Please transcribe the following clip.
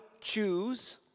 choose